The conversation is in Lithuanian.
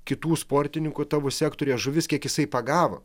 kitų sportininkų tavo sektoriuje žuvis kiek jisai pagavo